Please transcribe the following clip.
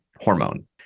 hormone